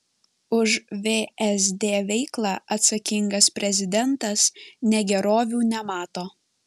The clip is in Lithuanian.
už vsd veiklą atsakingas prezidentas negerovių nemato